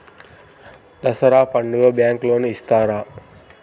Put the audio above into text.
దసరా పండుగ bank loan ఇస్తారా?